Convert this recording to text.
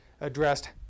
addressed